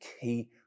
key